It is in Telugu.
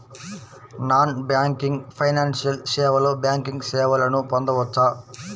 నాన్ బ్యాంకింగ్ ఫైనాన్షియల్ సేవలో బ్యాంకింగ్ సేవలను పొందవచ్చా?